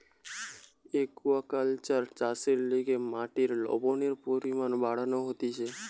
aquaculture চাষের লিগে মাটির লবণের পরিমান বাড়ানো হতিছে